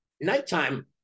Nighttime